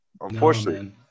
unfortunately